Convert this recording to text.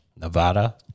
Nevada